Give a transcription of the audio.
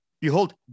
Behold